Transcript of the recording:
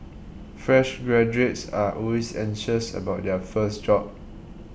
fresh graduates are always anxious about their first job